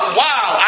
wow